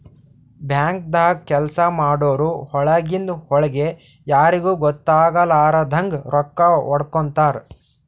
ಬ್ಯಾಂಕ್ದಾಗ್ ಕೆಲ್ಸ ಮಾಡೋರು ಒಳಗಿಂದ್ ಒಳ್ಗೆ ಯಾರಿಗೂ ಗೊತ್ತಾಗಲಾರದಂಗ್ ರೊಕ್ಕಾ ಹೊಡ್ಕೋತಾರ್